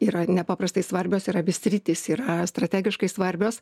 yra nepaprastai svarbios ir abi sritys yra strategiškai svarbios